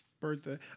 birthday